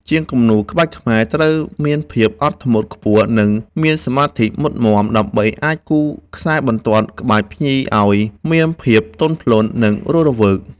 ជាងគំនូរក្បាច់ខ្មែរត្រូវមានភាពអត់ធ្មត់ខ្ពស់ និងមានសមាធិមុតមាំ ដើម្បីអាចគូរខ្សែបន្ទាត់ក្បាច់ភ្ញីឱ្យមានភាពទន់ភ្លន់ និងរស់រវើក។